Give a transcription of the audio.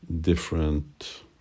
different